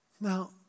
Now